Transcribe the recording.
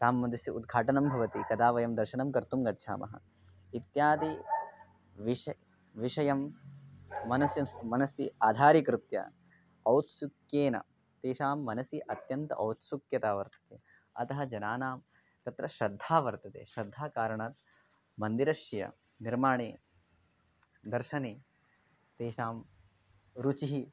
राममन्दिरस्य उद्घाटनं भवति कदा वयं दर्शनं कर्तुं गच्छामः इत्यादि विषयान् विषयान् मनसि स् मनसि आधारीकृत्य औत्सुक्येन तेषां मनसि अत्यन्तम् औत्सुक्यता वर्तते अतः जनानां तत्र श्रद्धा वर्तते श्रद्धा कारणात् मन्दिरस्य निर्माणे दर्शने तेषां रुचिः